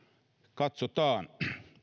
katsotaan